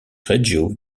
reggio